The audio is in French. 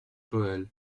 powell